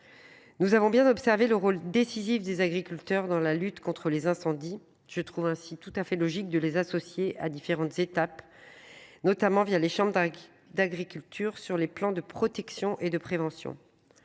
Nous avons bien observer le rôle décisif des agriculteurs dans la lutte contre les incendies. Je trouve ainsi tout à fait logique de les associer à différentes étapes. Notamment via les champagnes d'agriculture sur les plans de protection et de prévention.